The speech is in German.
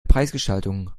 preisgestaltung